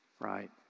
right